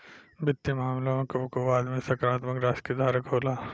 वित्तीय मामला में कबो कबो आदमी सकारात्मक राशि के धारक होला